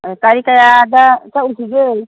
ꯇꯥꯔꯤꯛ ꯀꯌꯥꯗ ꯆꯠꯂꯨꯁꯤꯒꯦ